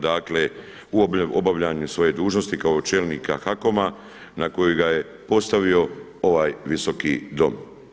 Dakle, u obavljanju svoje dužnosti kao čelnika HAKOM-a na kojega ga je postavio ovaj Visoki dom.